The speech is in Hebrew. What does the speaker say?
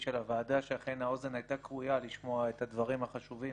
של הוועדה שאכן האוזן הייתה כרויה לשמוע את הדברים החשובים